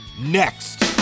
next